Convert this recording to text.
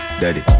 daddy